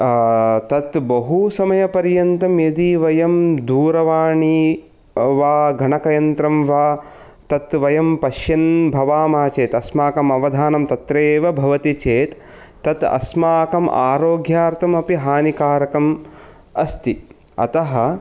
तत् बहु समय पर्यंतं यदि वयं दूरवाणी वा गणकयंत्रं वा तत् वयं पश्यन् भवामाचेत् अस्माकम् अवधानं तत्र एव भवति चेत् तत् अस्माकम् आरोग्यार्थमपि हानिकारकम् अस्ति अतः